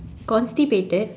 constipated